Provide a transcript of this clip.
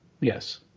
Yes